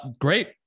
Great